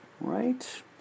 right